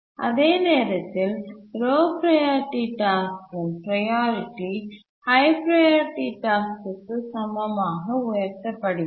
அதே நேரத்தில் low priority டாஸ்க்கின் ப்ரையாரிட்டி ஹய் ப்ரையாரிட்டி டாஸ்க்கிற்கு சமமாக உயர்த்தப்படுகிறது